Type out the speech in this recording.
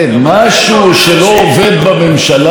כדי להגיש הצעת אי-אמון אמיתית,